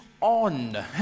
on